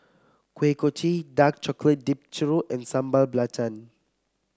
Kuih Kochi Dark Chocolate Dipped Churro and Sambal Belacan